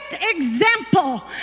example